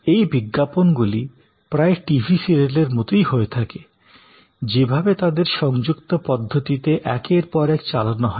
এই বিজ্ঞাপনগুলি প্রায় টিভি সিরিয়ালের মতোই হয়ে থাকে যেভাবে তাদের সংযুক্ত পদ্ধতিতে একের পর এক চালানো হয়